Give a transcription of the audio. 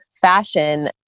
fashion